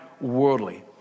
worldly